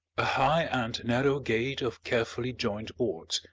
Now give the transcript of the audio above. a high and narrow gate of carefully joined boards,